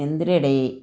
എന്തരടെ